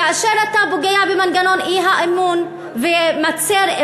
כאשר אתה פוגע במנגנון האי-אמון ומצמצם